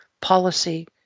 policy